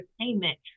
entertainment